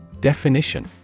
Definition